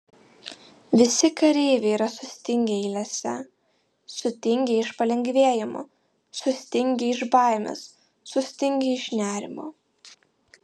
visi kareiviai yra sustingę eilėse sutingę iš palengvėjimo sustingę iš baimės sustingę iš nerimo